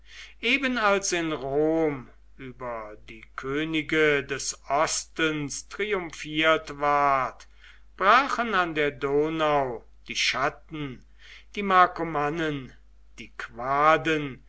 eben als in rom über die könige des ostens triumphiert ward brachen an der donau die chatten die markomannen die quaden